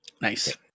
Nice